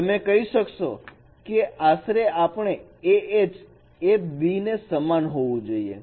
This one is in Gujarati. તમે કહી શકો કે આશરે આપણે Ah એ b ને સમાન હોવું જોઈએ